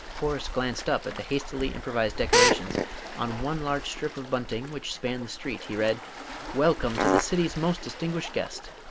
horace glanced up at the hastily improvised decorations on one large strip of bunting which spanned the street he read welcome to the city's most distinguished guest!